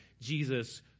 Jesus